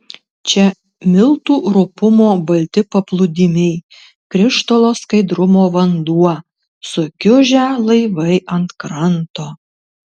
čia miltų rupumo balti paplūdimiai krištolo skaidrumo vanduo sukiužę laivai ant kranto